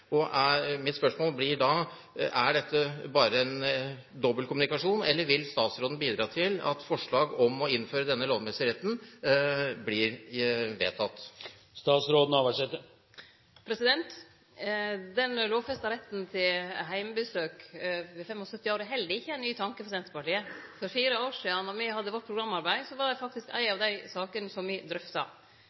Mitt spørsmål blir da: Er dette bare en dobbeltkommunikasjon, eller vil statsråden bidra til at forslag om å innføre denne lovmessige retten blir vedtatt? Den lovfesta retten til heimebesøk ved 75 år er heller ikkje ein ny tanke for Senterpartiet. For fire år sidan, då me hadde vårt programarbeid, var det faktisk ei av dei sakene me drøfta.